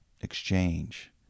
exchange